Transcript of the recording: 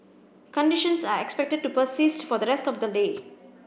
conditions are expected to persist for the rest of the day